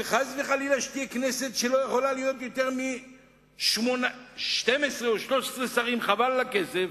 ולא יותר מ-12 או 13 שרים כי חבל על הכסף.